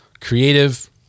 creative